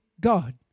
God